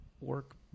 work